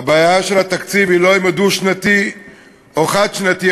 הבעיה של התקציב היא לא עם הדו-שנתי או חד-שנתי,